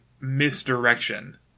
misdirection